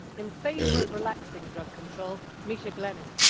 in favor of relaxing drug control, misha glenny.